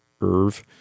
Irv